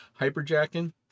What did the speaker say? hyperjacking